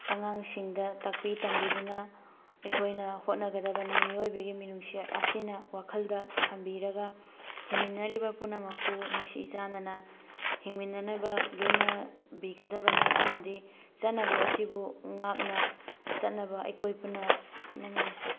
ꯑꯉꯥꯡꯁꯤꯡꯗ ꯇꯥꯛꯄꯤ ꯇꯝꯕꯤꯗꯨꯅ ꯑꯩꯈꯣꯏꯅ ꯍꯣꯠꯅꯒꯗꯕꯅꯤ ꯃꯤꯑꯣꯏꯕꯒꯤ ꯃꯤꯅꯨꯡꯁꯤ ꯑꯁꯤꯅ ꯋꯥꯈꯜꯗ ꯊꯝꯕꯤꯔꯒ ꯍꯤꯡꯃꯤꯟꯅꯔꯤꯕ ꯄꯨꯝꯅꯃꯛꯄꯨ ꯅꯨꯡꯁꯤ ꯆꯥꯟꯅꯅ ꯍꯤꯡꯃꯤꯟꯅꯅꯕ ꯂꯣꯏꯅꯕꯤꯒꯗꯕꯅꯤ ꯑꯃꯗꯤ ꯆꯠꯅꯕꯤ ꯑꯁꯤꯕꯨ ꯉꯥꯛꯅ ꯆꯠꯅꯕ ꯑꯩꯈꯣꯏ ꯄꯨꯟꯅ ꯍꯣꯠꯅꯃꯤꯟꯅꯁꯤ